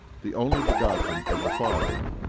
the only begotten of the father,